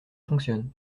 fonctionne